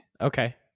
Okay